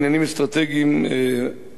משה בוגי יעלון,